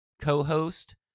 co-host